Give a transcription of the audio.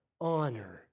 honor